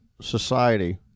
society